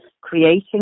creating